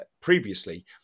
previously